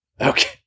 Okay